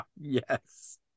Yes